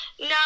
No